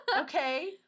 Okay